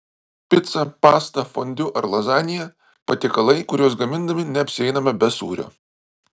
pica pasta fondiu ar lazanija patiekalai kuriuos gamindami neapsieiname be sūrio